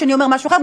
אחר אומר משהו אחר,